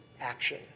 action